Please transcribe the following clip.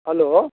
hello